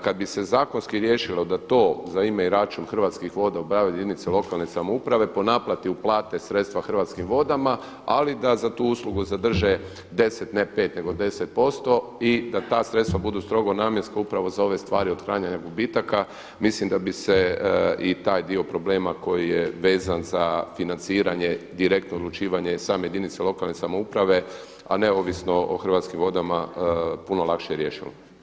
Kad bi se zakonski riješilo da to za ime i račun Hrvatskih voda obavljaju jedinice lokalne samouprave, po naplati uplate sredstva Hrvatskim vodama, ali da za tu uslugu zadrže 10, ne 5 nego 10 posto i da ta sredstva budu strogo namjenska upravo za ove stvari otklanjanja gubitaka, mislim da bi se i taj dio problema koji je vezan za financiranje direktno uručivanje same jedinice lokalne samouprave, a neovisno o Hrvatskim vodama puno lakše riješilo.